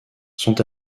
sont